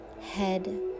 head